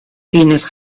cines